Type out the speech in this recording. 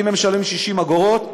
הם משלמים 60 אגורות,